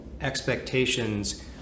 expectations